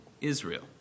Israel